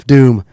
Doom